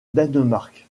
danemark